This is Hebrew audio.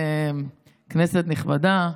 כנסת נכבדה,